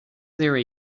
there